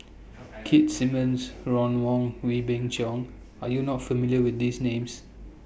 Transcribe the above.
Keith Simmons Ron Wong Wee Beng Chong Are YOU not familiar with These Names